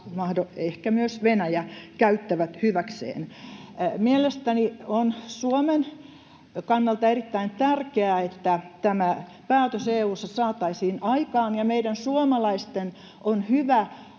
ehkä myös Venäjä käyttävät hyväkseen. Mielestäni on Suomen kannalta erittäin tärkeää, että tämä päätös EU:ssa saataisiin aikaan. Ja meidän suomalaisten on hyvä